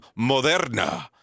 moderna